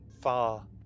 far